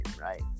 right